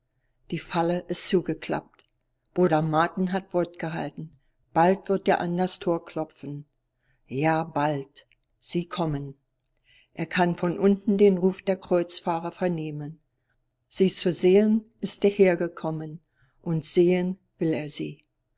die falle ist zugeklappt bruder martin hat wort gehalten bald wird er an das tor klopfen ja bald sie kommen er kann von unten den ruf der kreuzfahrer vernehmen sie zu sehen ist er hergekommen und sehen will er sie